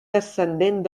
descendent